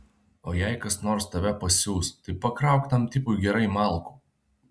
o jei kas nors tave pasiųs tai pakrauk tam tipui gerai malkų